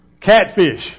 Catfish